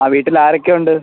ആ വീട്ടിൽ ആരൊക്കെ ഉണ്ട്